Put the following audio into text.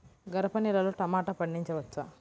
గరపనేలలో టమాటా పండించవచ్చా?